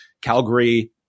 Calgary